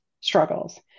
struggles